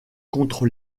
contre